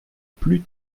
plus